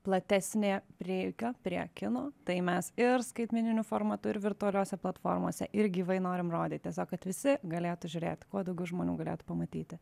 platesnė prieiga prie kino tai mes ir skaitmeniniu formatu ir virtualiose platformose ir gyvai norim rodytis o kad visi galėtų žiūrėt kuo daugiau žmonių galėtų pamatyti